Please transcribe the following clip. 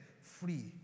free